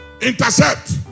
intercept